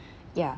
ya